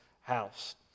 house